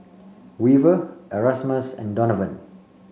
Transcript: Weaver Erasmus and Donavon